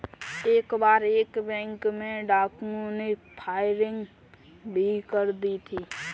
एक बार एक बैंक में डाकुओं ने फायरिंग भी कर दी थी